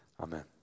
Amen